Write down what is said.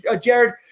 Jared